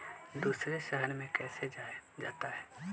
दूसरे शहर मे कैसे जाता?